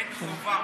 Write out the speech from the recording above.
אין חובה